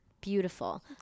beautiful